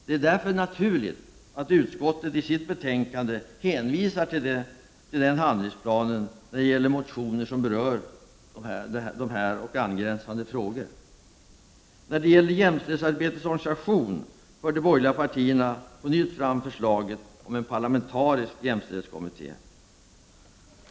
Det är därför naturligt att utskottet i sitt betänkande hänvisar till den handlingsplanen när det gäller motioner som berör dessa och angränsande frågor. När det gäller jämställdhetsarbetets organisation för de borgerliga partierna på nytt fram förslaget om en parlamentarisk jämställdhetskommitté.